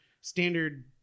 standard